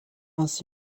ainsi